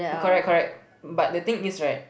correct correct but the thing is right